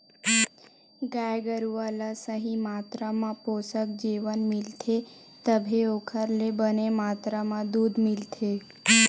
गाय गरूवा ल सही मातरा म पोसक जेवन मिलथे तभे ओखर ले बने मातरा म दूद मिलथे